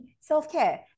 self-care